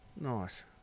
Nice